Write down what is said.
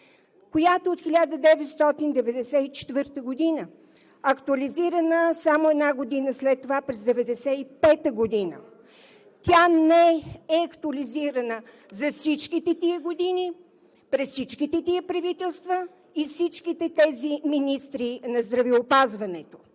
която е от 1994 г. и е актуализирана само една година след това – през 1995 г. Тя не е актуализирана за всичките тези години, през всичките тези правителства и всичките тези министри на здравеопазването.